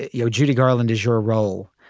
you know, judy garland is your role.